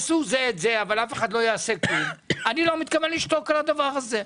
אני לא מתכוון לשתוק על הדבר הזה.